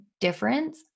difference